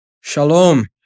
Shalom